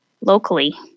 locally